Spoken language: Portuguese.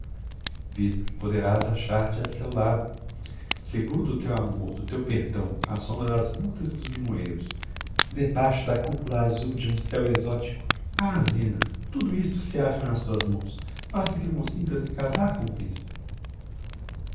visto que poderás achar te a seu lado seguro do teu amor do teu perdão á sombra das murtas e dos limoeiros debaixo da cupula azul de um ceu exotico ah zina tudo isto se acha nas tuas mãos basta que consintas em casar com o principe